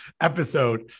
episode